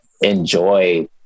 enjoy